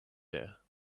there